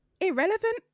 irrelevant